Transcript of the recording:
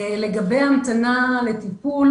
לגבי המתנה לטיפול,